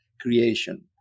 creation